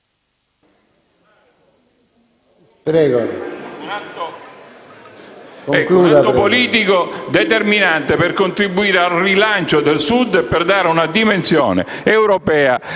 È un atto politico determinante per contribuire al rilancio del Sud e dare una dimensione europea